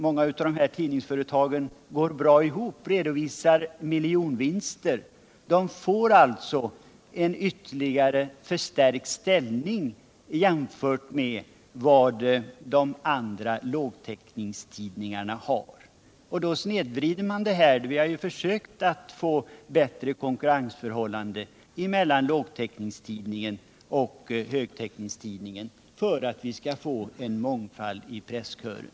Många av de tidningsföretag som gynnas redovisar miljonvinster. De får alltså en ytterligare förstärkt ställning i jämförelse med de s.k. lågtäckningstidningarna. Då snedvrider man det konkurrensförhållande mellan lågtäckningstidningen och högtäckningstidningen som vi har försökt förbättra för att vi skall få en mångfald i presskören.